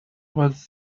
was